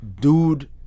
dude